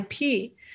IP